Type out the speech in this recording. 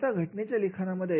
आता घटनेच्या लिखाणामध्ये